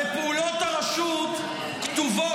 הרי פעולות הרשות כתובות,